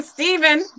Stephen